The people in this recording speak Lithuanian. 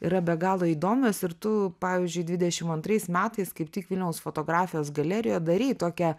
yra be galo įdomios ir tu pavyzdžiui dvidešim antrais metais kaip tik vilniaus fotografijos galerijoj darei tokią